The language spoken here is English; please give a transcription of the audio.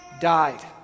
died